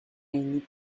need